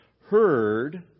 heard